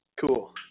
Cool